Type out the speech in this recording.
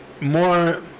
More